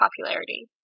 popularity